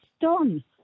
done